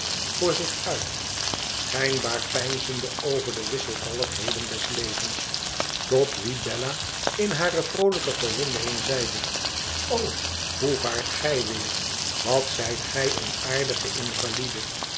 voor zich uit schijnbaar peinzende over de wisselvalligheden des levens tot wien bella in hare vroolijke verwondering zeide o hoe vaart gij weer wat zijt gij een aardige invalide